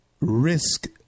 Risk